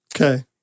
Okay